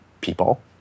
people